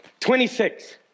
26